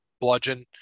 bludgeon